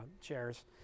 chairs